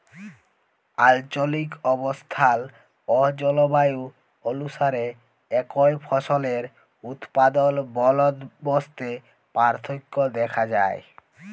আলচলিক অবস্থাল অ জলবায়ু অলুসারে একই ফসলের উৎপাদল বলদবস্তে পার্থক্য দ্যাখা যায়